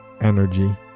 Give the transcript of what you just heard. energy